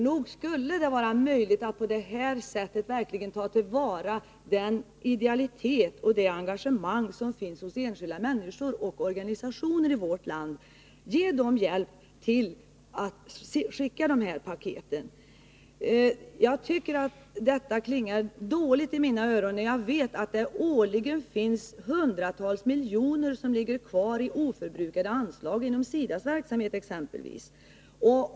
Nog skulle det vara möjligt att verkligen ta till vara den idealitet och det engagemang som finns hos enskilda människor och organisationer i vårt land, dvs. att ge dem möjlighet att skicka paket portofritt. Det här klingar dåligt i mina öron, när jag vet att det årligen ligger hundratals miljoner kvar i oförbrukade anslag exempelvis hos SIDA.